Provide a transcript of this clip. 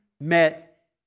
met